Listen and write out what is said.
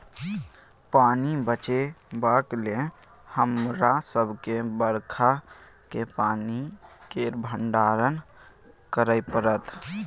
पानि बचेबाक लेल हमरा सबके बरखा केर पानि केर भंडारण करय परत